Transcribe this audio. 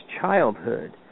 childhood